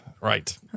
right